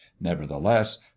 nevertheless